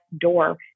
door